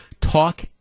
talk